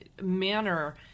manner